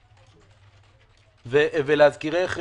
להזכירך,